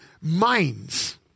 minds